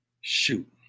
shoot